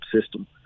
system